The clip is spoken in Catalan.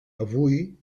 avui